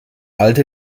alte